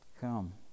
Come